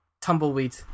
Tumbleweed